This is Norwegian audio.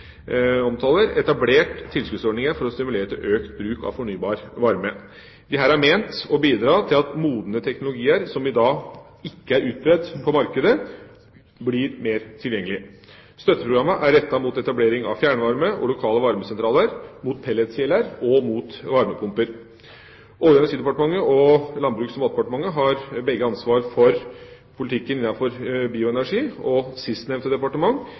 etablert tilskuddsordninger for å stimulere til økt bruk av fornybar varme. De er ment å bidra til at modne teknologier, som i dag ikke er utbredt på markedet, blir mer tilgjengelige. Støtteprogrammet er rettet mot etablering av fjernvarme og lokale varmesentraler, mot pelletskjeler og mot varmepumper. Olje- og energidepartementet og Landbruks- og matdepartementet har begge ansvar for politikken innenfor bioenergi. Sistnevnte departement